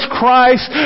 Christ